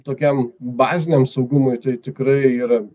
tokiam baziniam saugumui tai tikrai yra